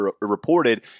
reported